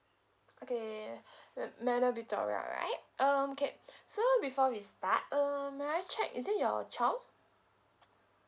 okay m~ madam victoria right um okay so before we start uh may I check is it your child